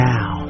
Now